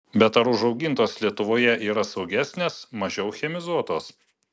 bet ar užaugintos lietuvoje yra saugesnės mažiau chemizuotos